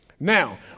Now